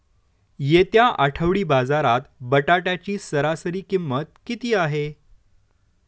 येत्या आठवडी बाजारात बटाट्याची सरासरी किंमत किती आहे?